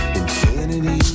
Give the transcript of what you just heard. infinity